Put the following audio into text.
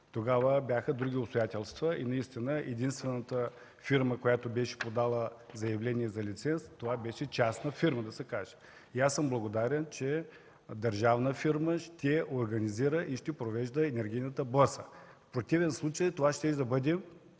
Тогава бяха други обстоятелствата и наистина единствената фирма, която беше подала заявление за лиценз, беше частна фирма. Аз съм благодарен, че държавна фирма ще организира и ще провежда енергийната борса, в противен случай това щеше